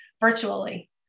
virtually